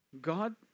God